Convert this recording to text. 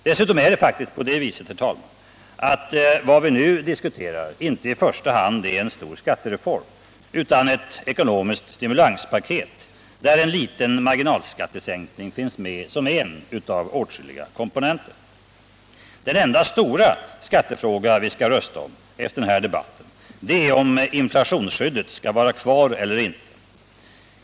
Dessutom är det faktiskt så, herr talman, att vad vi nu diskuterar inte i första hand är en stor skattereform, utan ett ekonomiskt stimulanspaket, där en liten marginalskattesänkning finns med som en av åtskilliga komponenter. Den enda stora skattefråga vi skall rösta om efter denna debatt är om inflationsskyddet skall vara kvar eller inte.